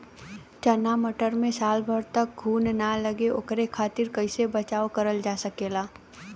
चना मटर मे साल भर तक घून ना लगे ओकरे खातीर कइसे बचाव करल जा सकेला?